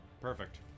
Perfect